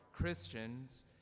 Christians